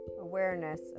awareness